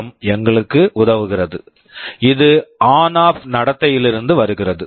M PWM எங்களுக்கு உதவுகிறது இது ஆன் ஆஃப் ON OFF நடத்தையிலிருந்து வருகிறது